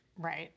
Right